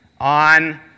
on